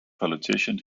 politician